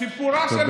סיפורה של שבת.